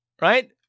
right